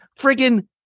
friggin